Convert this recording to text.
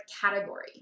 category